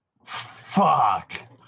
fuck